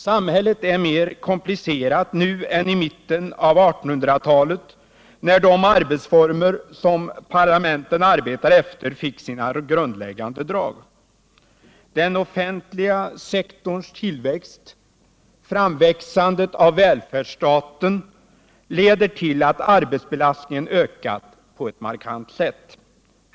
Samhället är mer komplicerat nu än i mitten av 1800-talet när de arbetsformer som parlamenten arbetar efter fick sina grundläggande drag. Den offentliga sektorns tillväxt och framväxandet av välfärdsstaten har lett till att arbetsbelastningen på ett markant sätt ökat.